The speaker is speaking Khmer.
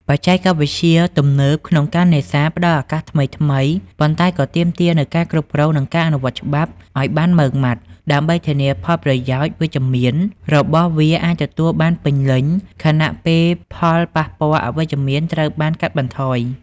បច្ចេកវិទ្យាទំនើបក្នុងការនេសាទផ្តល់នូវឱកាសថ្មីៗ ប៉ុន្តែក៏ទាមទារនូវការគ្រប់គ្រង និងការអនុវត្តច្បាប់ឲ្យបានម៉ឺងម៉ាត់ ដើម្បីធានាថាផលប្រយោជន៍វិជ្ជមានរបស់វាអាចទទួលបានពេញលេញ ខណៈដែលផលប៉ះពាល់អវិជ្ជមានត្រូវបានកាត់បន្ថយ។